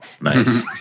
Nice